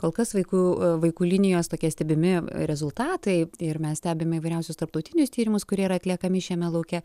kol kas vaikų vaikų linijos tokie stebimi rezultatai ir mes stebime įvairiausius tarptautinius tyrimus kurie yra atliekami šiame lauke